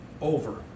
over